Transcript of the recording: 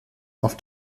auf